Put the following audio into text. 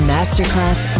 Masterclass